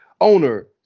Owner